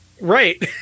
right